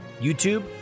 YouTube